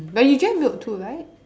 but you drank milk too right